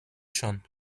schon